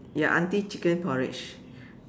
ya aunty chicken porridge